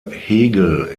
hegel